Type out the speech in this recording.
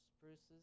spruces